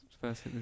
first